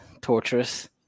torturous